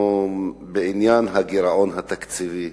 אנחנו בעניין הגירעון התקציבי.